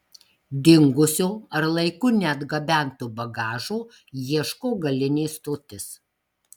dingusio ar laiku neatgabento bagažo ieško galinė stotis